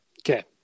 Okay